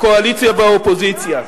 הקואליציה והאופוזיציה.